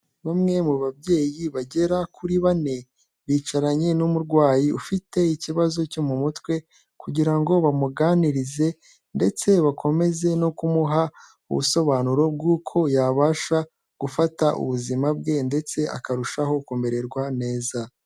Bamwe mu babyeyi bagera kuri bane, bicaranye n'umurwayi ufite ikibazo cyo mu mutwe, kugira ngo bamuganirize, ndetse bakomeze no kumuha ubusobanuro bw'uko yabasha gufata ubuzima bwe ndetse akarushaho kumererwa neza.